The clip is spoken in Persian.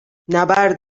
نبرد